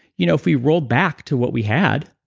you know if we roll back to what we had,